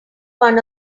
one